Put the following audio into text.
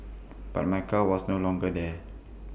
but my car was no longer there